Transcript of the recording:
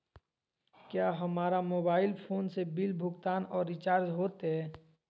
क्या हमारा mobile phone से बिल भुगतान और रिचार्ज होते?